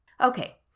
Okay